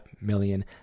million